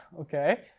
Okay